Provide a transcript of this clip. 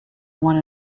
one